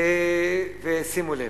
שימו לב: